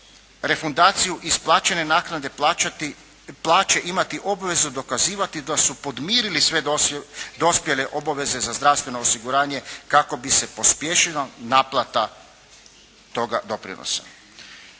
refundaciju isplaćene naknade plaće imati obvezu dokazivati da su podmirili sve dospjele obaveze za zdravstveno osiguranje kako bi se pospješila naplata toga doprinosa.